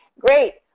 great